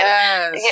Yes